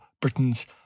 Britain's